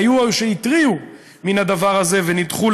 והיו שהתריעו על הדבר הזה ונדחו,